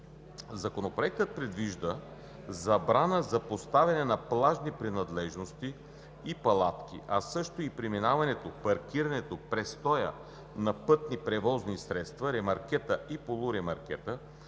Законопроектът предвижда забрана за поставяне на плажни принадлежности и палатки, а също и преминаването, паркирането и престоя на пътни превозни средства, ремаркета и полуремаркета